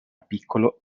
piccolo